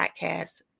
podcast